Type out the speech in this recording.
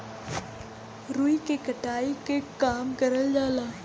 रुई के कटाई के काम करल जाला